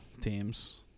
teams